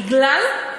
בגלל,